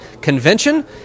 Convention